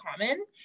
common